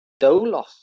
dolos